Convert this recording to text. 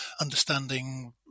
understanding